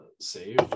Save